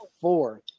four